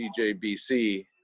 CJBC